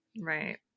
Right